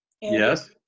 Yes